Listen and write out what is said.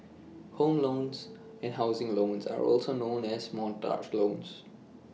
home loans and housing loans are also known as mortgage loans